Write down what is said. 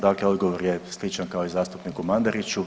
Dakle odgovor je sličan kao i zastupniku Mandariću.